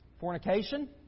fornication